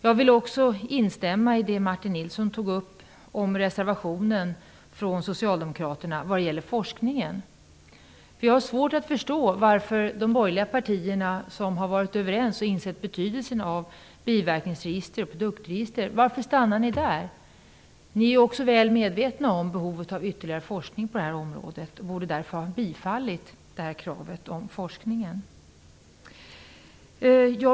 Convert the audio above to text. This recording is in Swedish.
Jag vill instämma i det som Martin Nilsson sade om reservationen från socialdemokraterna om forskningen. Jag har svårt att förstå varför de borgerliga partierna, som varit överens med oss om betydelsen av biverkningsregister och produktregister, stannar där. Ni är också väl medvetna om behovet av ytterligare forskning på det här området och borde därför ha tillstyrkt kravet om forskningen.